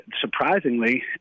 surprisingly